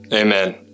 Amen